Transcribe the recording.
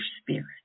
spirit